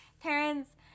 parents